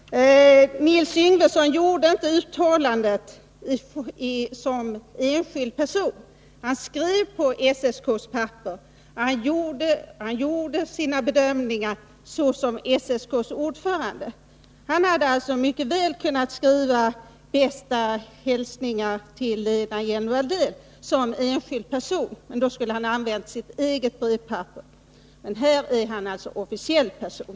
Herr talman! Nils Yngvesson gjorde inte uttalandet som enskild person. Han skrev på SSK:s papper, och han gjorde sina bedömningar som SSK:s ordförande. Han hade alltså mycket väl kunnat skriva ”bästa hälsningar till Lena Hjelm-Wallén” som enskild person, men då skulle han na använt sitt eget brevpapper. Här är han alltså officiell person.